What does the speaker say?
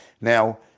Now